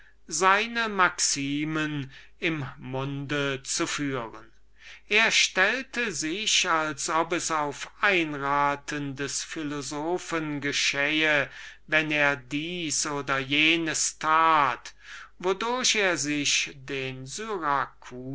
seine maximen im munde zu führen er stellte sich als ob es auf einraten des philosophen geschähe daß er dieses oder jenes tat wodurch er sich den